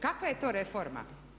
Kakva je to reforma?